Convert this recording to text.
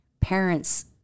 parents –